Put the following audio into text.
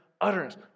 utterance